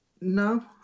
No